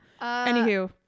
Anywho